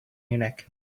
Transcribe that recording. munich